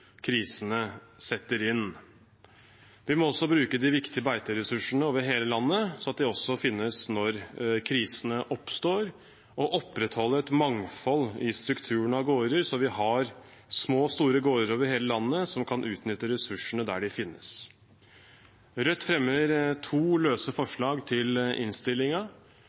krisene setter inn. Vi må også bruke de viktige beiteressursene over hele landet, sånn at de finnes når krisene oppstår, og opprettholde et mangfold i strukturen av gårder, så vi har små og store gårder over hele landet som kan utnytte ressursene der de finnes. Rødt fremmer to løse forslag til